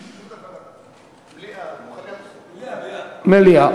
מליאה, מליאה.